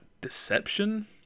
Deception